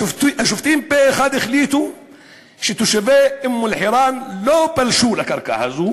השופטים פה אחד החליטו שתושבי אום-אלחיראן לא פלשו לקרקע הזאת